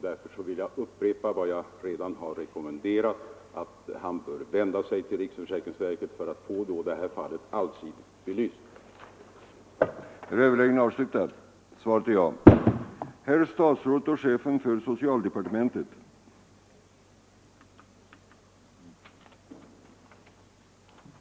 Därför vill jag upprepa vad jag redan har sagt, nämligen att herr Torwald bör vända sig till riksförsäkringsverket för att få detta fall allsidigt belyst.